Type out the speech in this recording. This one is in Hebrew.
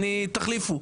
תחליפו.